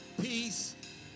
peace